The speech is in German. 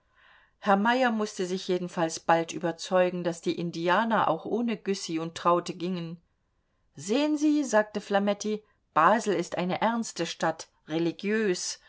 herr meyer mußte sich jedenfalls bald überzeugen daß die indianer auch ohne güssy und traute gingen sehen sie sagte flametti basel ist eine ernste stadt religiös